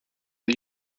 are